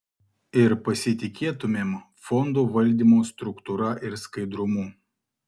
ir pasitikėtumėm fondo valdymo struktūra ir skaidrumu